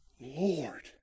Lord